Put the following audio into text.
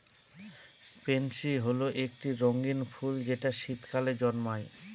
pansy হল একটি রঙ্গীন ফুল যেটা শীতকালে জন্মায়